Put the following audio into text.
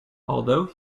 although